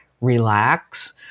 relax